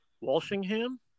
Walshingham